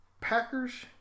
Packers